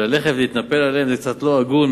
וללכת להתנפל עליהם זה קצת לא הגון,